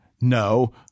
No